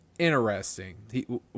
interesting